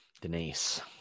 Denise